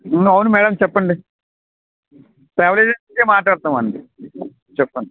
అవును మేడం చెప్పండి travel agency నుంచే మాట్లాడుతున్నాము అండి చెప్పండి